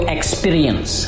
Experience